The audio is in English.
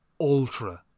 Ultra